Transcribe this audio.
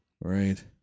Right